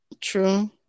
true